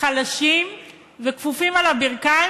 חלשים וכפופים על הברכיים.